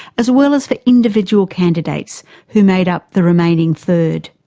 as well as for individual candidates who made up the remaining third.